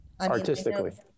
artistically